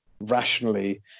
rationally